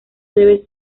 debe